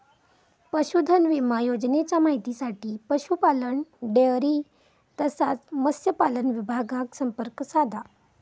पशुधन विमा योजनेच्या माहितीसाठी पशुपालन, डेअरी तसाच मत्स्यपालन विभागाक संपर्क साधा